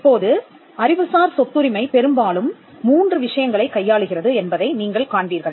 இப்போது அறிவுசார் சொத்துரிமை பெரும்பாலும் மூன்று விஷயங்களைக் கையாளுகிறது என்பதை நீங்கள் காண்பீர்கள்